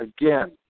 Again